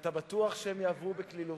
ואתה בטוח שהם יעברו בקלילות.